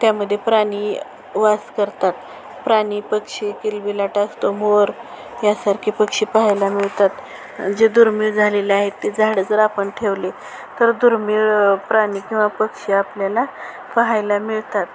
त्यामध्ये प्राणी वास करतात प्राणी पक्षी किलबिलाट असतो मोर यासारखे पक्षी पाहायला मिळतात जे दुर्मिळ झालेले आहेत ते झाडं जर आपण ठेवले तर दुर्मिळ प्राणी किंवा पक्षी आपल्याला पाहायला मिळतात